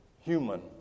human